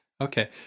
Okay